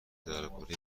درباره